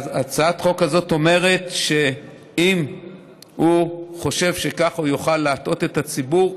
הצעת החוק הזאת אומרת שאם הוא חושב שככה הוא יוכל להטעות את הציבור,